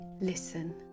listen